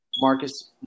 Marcus